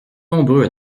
nombreux